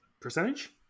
percentage